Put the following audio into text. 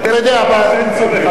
ודאי שאין צורך,